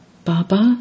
Baba